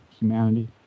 humanity